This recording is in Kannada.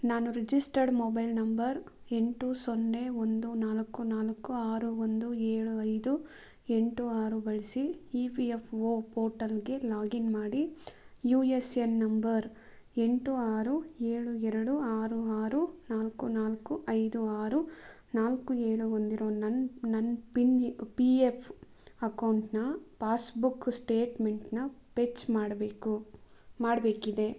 ನಾನು ರಿಜಿಸ್ಟರ್ಡ್ ಮೊಬೈಲ್ ನಂಬರ್ ಎಂಟು ಸೊನ್ನೆ ಒಂದು ನಾಲ್ಕು ನಾಲ್ಕು ಆರು ಒಂದು ಏಳು ಐದು ಎಂಟು ಆರು ಬಳಸಿ ಇ ಪಿ ಎಫ್ ಒ ಪೋರ್ಟಲ್ಗೆ ಲಾಗಿನ್ ಮಾಡಿ ಯು ಎಸ್ ಎನ್ ನಂಬರ್ ಎಂಟು ಆರು ಏಳು ಎರಡು ಆರು ಆರು ನಾಲ್ಕು ನಾಲ್ಕು ಐದು ಆರು ನಾಲ್ಕು ಏಳು ಹೊಂದಿರೋ ನನ್ನ ನನ್ನ ಪಿನ್ ಪಿ ಎಫ್ ಅಕೌಂಟ್ನ ಪಾಸ್ಬುಕ್ ಸ್ಟೇಟ್ಮೆಂಟನ್ನ ಪೆಚ್ ಮಾಡಬೇಕು ಮಾಡಬೇಕಿದೆ